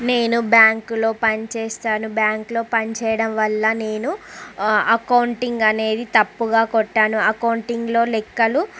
నేను బ్యాంకులో పని చేస్తాను బ్యాంకులో పనిచేయడం వల్ల నేను అకౌంటింగ్ అనేది తప్పుగా కొట్టాను అకౌంటింగ్లో లెక్కలు